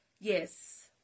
yes